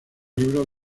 libros